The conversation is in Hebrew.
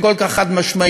באופן כל כך חד-משמעי.